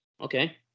Okay